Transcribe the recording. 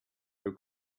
your